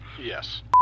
Yes